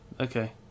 Okay